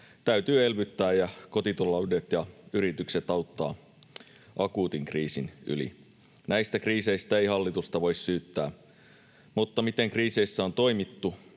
täytyy elvyttää ja auttaa kotitaloudet ja yritykset akuutin kriisin yli. Näistä kriiseistä ei hallitusta voi syyttää, mutta se, miten kriiseissä on toimittu,